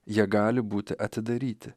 jie gali būti atidaryti